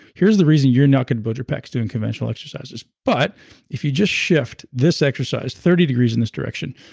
here's the reason you're not going to build your pecs doing conventional exercises, but if you just shift this exercise thirty degrees in this direction,